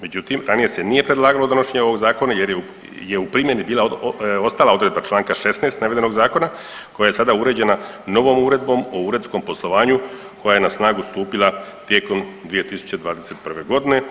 Međutim, ranije se nije predlagalo donošenje ovog zakona jer je u primjeni bila ostala odredba Članka 16. navedenog zakona koja je sada uređena novom uredbom o uredskom poslovanju koja je na snagu stupila tijekom 2021. godine.